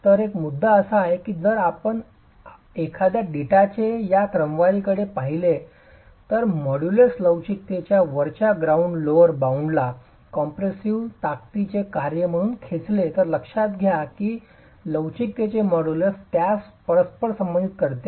तर मुद्दा असा आहे की जर आपण एखाद्या डेटाचे या क्रमवारीकडे पाहिले तर मॉड्यूलस लवचिकतेच्या वरच्या बाउंड लोअर बाउंडला कॉम्प्रेसिव्ह ताकदीचे कार्य म्हणून बाहेर खेचले तर लक्षात घ्या की लवचिकतेचे मॉड्यूलस त्यास परस्परसंबंधित करते